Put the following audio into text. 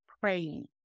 praying